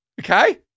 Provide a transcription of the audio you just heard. okay